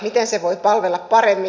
miten se voi palvella paremmin